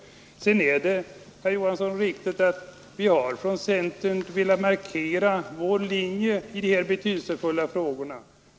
Det är riktigt, herr Johansson, att centern velat markera sin linje i dessa betydelsefulla frågor.